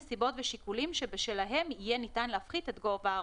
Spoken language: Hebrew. נסיבות ושיקולים שבשלהם יהיה ניתן להפחית את גובה הערובה.